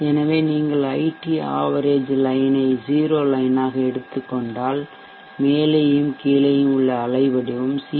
எனவே நீங்கள் ஐடி ஆவரேஜ் லைன்ஐ 0 லைன் ஆக எடுத்துக் கொண்டால் மேலேயும் கீழேயும் உள்ள அலை வடிவம் சி